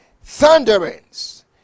Thunderings